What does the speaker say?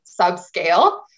subscale